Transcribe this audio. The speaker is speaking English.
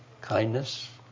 kindness